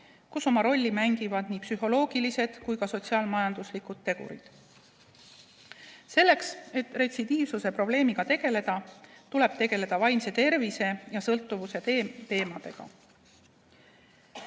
kus oma rolli mängivad nii psühholoogilised kui ka sotsiaal-majanduslikud tegurid. Selleks, et retsidiivsuse probleemiga tegeleda, tuleb tegeleda vaimse tervise ja sõltuvuse teemadega.